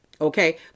Okay